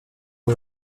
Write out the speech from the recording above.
est